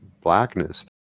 blackness